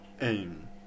aim